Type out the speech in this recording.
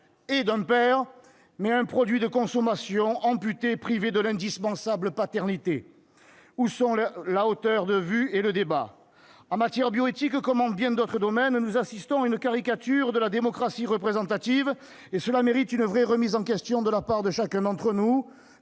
et d'un père, mais un produit de consommation amputé, privé de l'indispensable paternité. Où sont la hauteur de vue et le débat ? En matière de bioéthique, comme en bien d'autres domaines, nous assistons à une caricature de la démocratie représentative. Cela mérite une vraie remise en question de la part de chacun d'entre nous,